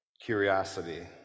curiosity